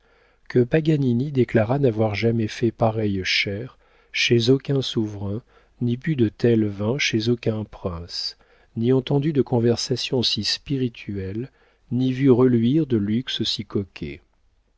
que paganini déclara n'avoir jamais fait pareille chère chez aucun souverain ni bu de tels vins chez aucun prince ni entendu de conversation si spirituelle ni vu reluire de luxe